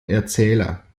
erzähler